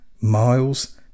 Miles